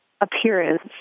appearance